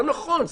לא נכון,